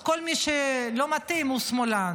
אז כל מי שלא מתאים הוא שמאלן.